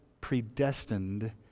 predestined